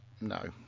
no